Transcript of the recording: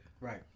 Right